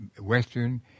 Western